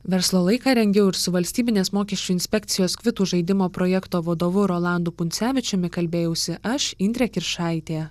verslo laiką rengiau ir su valstybinės mokesčių inspekcijos kvitų žaidimo projekto vadovu rolandu puncevičiumi kalbėjausi aš indrė kiršaitė